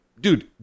Dude